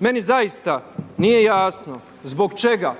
Meni zaista nije jasno zbog čega